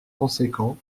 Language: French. conséquent